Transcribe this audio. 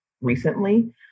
recently